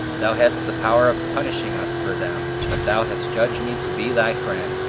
thou hadst the power of punishing us for them but thou hast judged me to be thy friend,